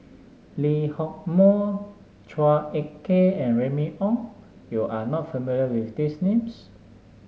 Lee Hock Moh Chua Ek Kay and Remy Ong you are not familiar with these names